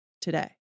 today